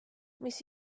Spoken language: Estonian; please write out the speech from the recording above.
mis